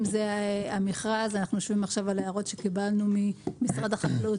אם זה המכרז אנחנו יושבים עכשיו על ההערות שקיבלנו ממשרד החקלאות